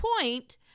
point